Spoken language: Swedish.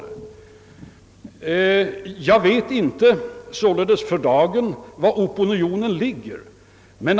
Jag vet således inte för dagen på vilken sida den starkaste opinionen står.